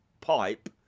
pipe